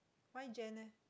why Jan eh